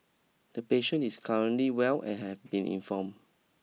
the patient is currently well and have been inform